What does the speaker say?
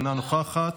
אינו נוכח,